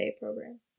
program